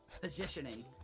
positioning